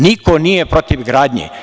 Niko nije protiv gradnje.